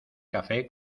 café